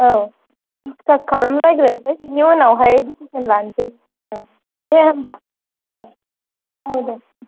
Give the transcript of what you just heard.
औ डिस्कास खालामलायग्रोनसै बेनि उनावहाय दिसिश'न लानसै औ दे होम्बा औ औ दे